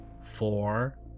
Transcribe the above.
four